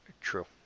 True